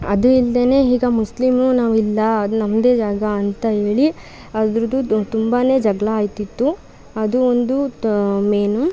ಅದು ಇಲ್ದೆಯೇ ಈಗ ಮುಸ್ಲಿಂ ನಾವಿಲ್ಲ ಅದು ನಮ್ಮದೇ ಜಾಗ ಅಂತ ಹೇಳಿ ಅದರದ್ದು ತುಂಬಾ ಜಗಳ ಆಯ್ತಿತ್ತು ಅದು ಒಂದು ಮೇಯ್ನು